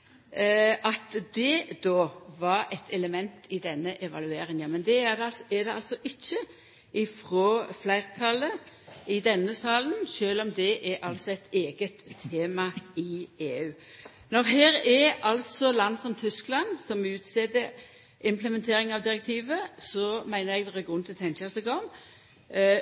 for Stortinget. Då skulle ein kanskje tru at verknaden av direktivet, altså om direktivet er eit verktøy i kampen mot kriminalitet, var eit element i denne evalueringa. Men det er det altså ikkje frå fleirtalet i denne salen, sjølv om det altså er eit eige tema i EU. Når land som Tyskland utset implementering av direktivet, meiner eg det er grunn til å tenkja seg om.